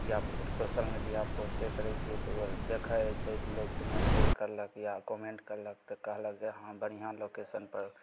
या social media पोस्टे करै छिए तऽ ओ देखै हइ तऽ लोक मैसेज करलक या कमेन्ट करलक तऽ कहलक जे हँ बढ़िआँ लोकेशनपर